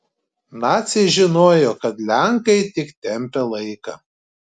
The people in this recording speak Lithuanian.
naciai žinojo kad lenkai tik tempia laiką